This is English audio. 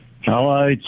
Hello